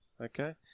Okay